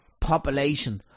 population